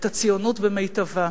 את הציונות במיטבה,